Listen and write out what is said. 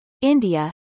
India